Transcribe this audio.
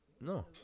No